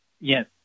Yes